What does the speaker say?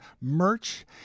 merch